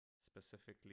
specifically